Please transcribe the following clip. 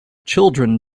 children